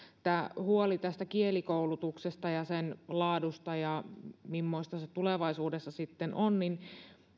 kun on huoli tästä kielikoulutuksesta ja sen laadusta ja siitä mimmoista se tulevaisuudessa sitten on niin